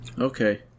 Okay